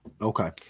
Okay